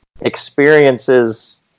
experiences